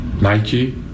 Nike